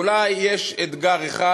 ואולי יש אתגר אחד,